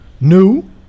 new